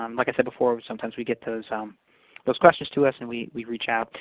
um like i said before, sometimes we get those um those questions to us, and we we reach out.